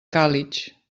càlig